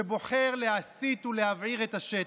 שבוחר להסית ולהבעיר את השטח.